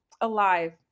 alive